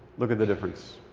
look at the difference.